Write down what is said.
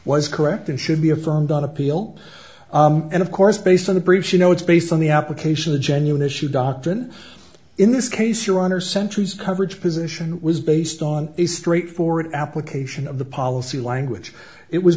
was correct and should be affirmed on appeal and of course based on the brief she know it's based on the application a genuine issue doctrine in this case your honor centuries coverage position was based on a straightforward application of the policy language it was